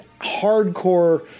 hardcore